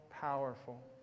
powerful